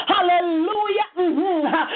Hallelujah